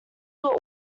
were